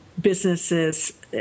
businesses